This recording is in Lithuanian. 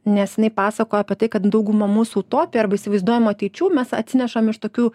nes jinai pasakojo apie tai kad dauguma mūsų utopija arba įsivaizduojamų ateičių mes atsinešam iš tokių